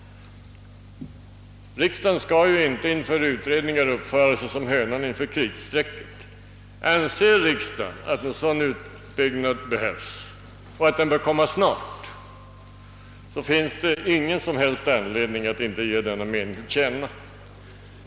Riksdagen skall inte inför utredningar uppföra sig som hönan inför kritstrecket. Anser riksdagen att en sådan utbyggnad behövs och att den bör ske snart, så finns det ingen som helst anledning att inte ge denna mening till känna.